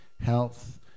health